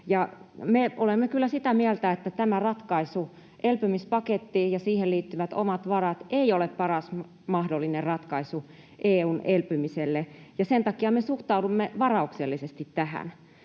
Me olemme kyllä sitä mieltä, että tämä ratkaisu, elpymispaketti ja siihen liittyvät omat varat, ei ole paras mahdollinen ratkaisu EU:n elpymiselle, ja sen takia me suhtaudumme tähän varauksellisesti.